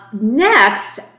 Next